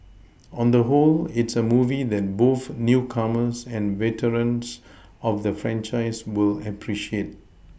on the whole it's a movie that both newcomers and veterans of the franchise will appreciate